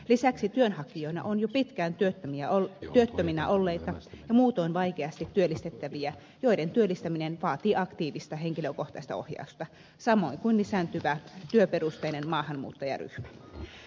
lisäksi työnhakijoina on jo pitkään työttöminä olleita ja muutoin vaikeasti työllistettäviä joiden työllistäminen vaatii aktiivista henkilökohtaista ohjausta samoin kuin lisääntyvä työperusteinen maahanmuuttajaryhmä